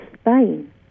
Spain